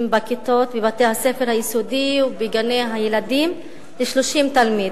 בכיתות בבתי-הספר היסודיים ובגני-הילדים ל-30 תלמיד.